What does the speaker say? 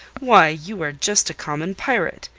why, you are just a common pirate!